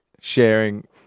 sharing